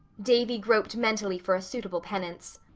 davy groped mentally for a suitable penance.